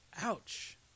Ouch